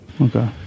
Okay